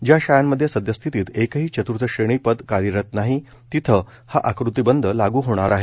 ज्या शाळांमध्ये सद्यस्थितीत एकही चत्र्थ श्रेणी पद कार्यरत नाही तिथे हा आकृतीबंध लागू होणार नाही